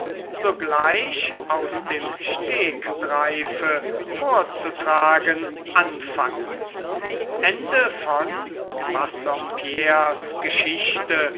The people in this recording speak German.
sogleich aus dem stegreife vorzutragen anfange die geschichte